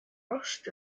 rust